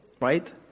right